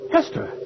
Hester